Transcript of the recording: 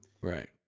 Right